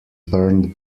burned